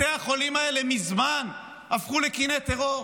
בתי החולים האלה מזמן הפכו לקיני טרור.